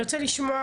אני רוצה לשמוע